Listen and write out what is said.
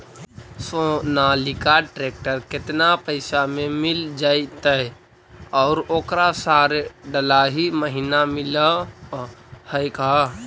Sonalika tractor केतना पैसा में मिल जइतै और ओकरा सारे डलाहि महिना मिलअ है का?